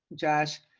josh,